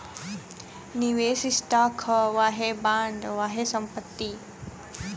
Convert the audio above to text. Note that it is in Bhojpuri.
निवेस स्टॉक ह वाहे बॉन्ड, वाहे संपत्ति